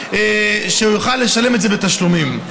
הוא יוכל לשלם את זה בתשלומים.